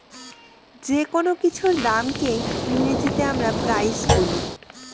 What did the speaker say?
যেকোনো কিছুর দামকে ইংরেজিতে আমরা প্রাইস বলি